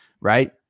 right